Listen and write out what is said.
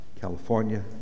California